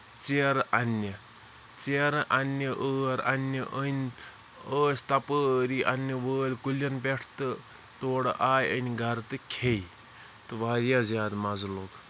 ژیرٕ اَننہِ ژیرٕ اننہِ ٲر اَننہِ أنۍ ٲسۍ تَپٲری اَنٕنہِ وٲلۍ تَپٲر کُلین پٮ۪ٹھ تہٕ تورٕ آیہِ أنۍ گرٕ تہٕ کھیے تہٕ واریاہ زیادٕ مَزٕ لوٚگ